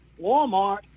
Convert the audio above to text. Walmart